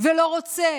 ולא רצה.